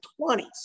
20s